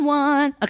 one